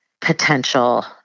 potential